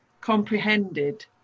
comprehended